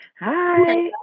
Hi